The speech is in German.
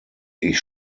ich